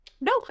No